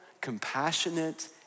compassionate